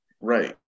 right